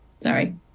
sorry